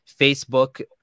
Facebook